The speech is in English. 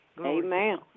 Amen